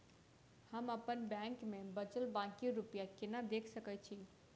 हम अप्पन बैंक मे बचल बाकी रुपया केना देख सकय छी?